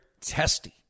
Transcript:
testy